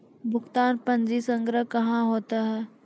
भुगतान पंजी संग्रह कहां होता हैं?